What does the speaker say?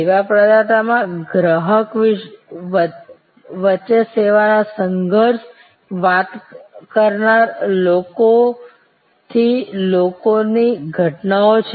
સેવા પ્રદાતામાં ગ્રાહક વચ્ચે સેવા ના સંઘર્ષ વાત કરનાર આ લોકોથી લોકોની ઘટનાઓ છે